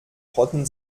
rotten